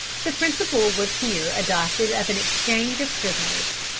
the principle was here adopted of an exchange of prisoners,